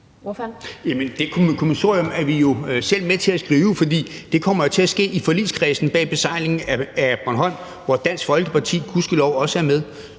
det kommissorium er vi jo selv med til at skrive, for det kommer til at ske i forligskredsen bag besejlingen af Bornholm, som Dansk Folkeparti gudskelov også er med